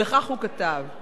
וכך הוא כתב;